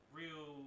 real